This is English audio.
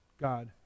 God